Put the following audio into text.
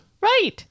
Right